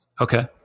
Okay